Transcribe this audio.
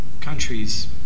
countries